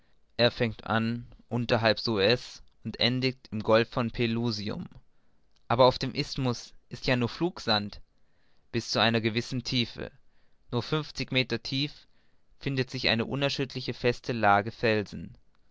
er fängt an unterhalb suez und endigt im golf von pelusium aber auf dem isthmus ist ja nur flugsand bis zu einer gewissen tiefe nur fünfzig meter tief findet sich eine unerschütterlich feste lage felsen